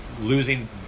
losing